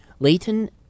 Leighton